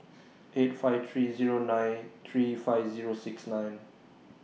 eight five three nine Zero three five Zero six nine